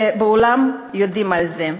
ובעולם יודעים על זה.